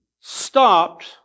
stopped